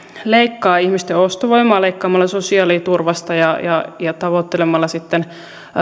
leikkaa ihmisten ostovoimaa leikkaamalla sosiaaliturvasta ja ja tavoittelemalla sitten